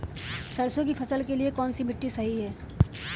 सरसों की फसल के लिए कौनसी मिट्टी सही हैं?